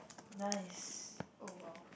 nice oh !wow!